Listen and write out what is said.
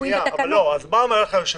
אומר היושב-ראש: